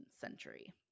century